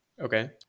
Okay